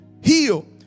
heal